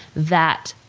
that